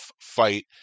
fight